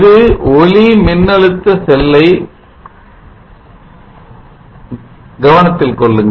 ஒரு ஒளிமின்னழுத்த செல்லை கவனத்தில் கொள்ளுங்கள்